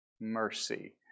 mercy